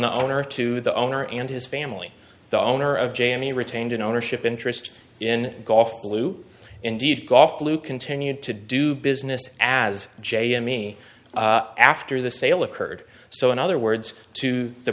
the owner to the owner and his family the owner of jamie retained an ownership interest in golf blue indeed gough blue continued to do business as j m e after the sale occurred so in other words to the